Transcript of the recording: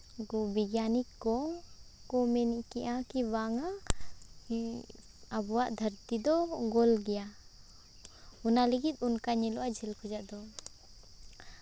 ᱩᱱᱠᱩ ᱵᱤᱜᱜᱟᱱᱤᱠ ᱠᱚ ᱢᱮᱱ ᱠᱮᱜᱼᱟ ᱠᱤ ᱵᱟᱝᱟ ᱟᱵᱚᱣᱟᱜ ᱫᱷᱟᱹᱨᱛᱤ ᱫᱚ ᱜᱳᱞ ᱜᱮᱭᱟ ᱚᱱᱟ ᱞᱟᱹᱜᱤᱫ ᱚᱱᱠᱟ ᱧᱮᱞᱚᱜᱼᱟ ᱡᱷᱟᱹᱞ ᱠᱷᱚᱱᱟᱜ ᱫᱚ